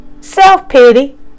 Self-pity